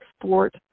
export